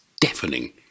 deafening